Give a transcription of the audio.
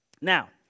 Now